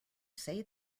say